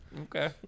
Okay